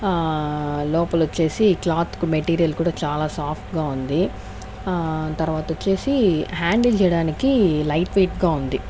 లోపల వచ్చేసి క్లాత్ కు మెటీరియల్ కూడా చాలా సాఫ్ట్ గా ఉంది తర్వాత వచ్చేసి హ్యాండిల్ చేయడానికి లైట్ వెయిట్ గా ఉంది